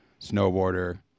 snowboarder